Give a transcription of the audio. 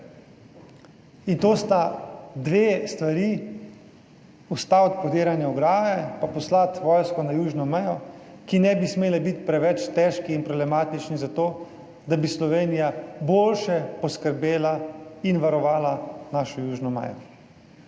in to sta dve stvari, ustaviti podiranje ograje pa poslati vojsko na južno mejo, ki ne bi smeli biti preveč težki in problematični za to, da bi Slovenija boljše poskrbela in varovala našo južno mejo.